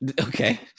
okay